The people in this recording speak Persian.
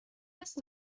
هست